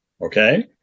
Okay